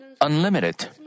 unlimited